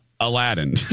Aladdin